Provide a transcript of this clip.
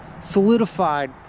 solidified